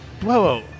Whoa